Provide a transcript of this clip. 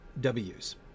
W's